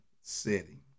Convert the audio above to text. setting